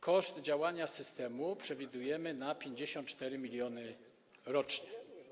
Koszt działania systemu przewidujemy na 54 mln rocznie.